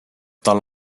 tal